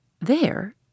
There